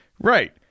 Right